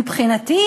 מבחינתי,